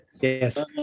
Yes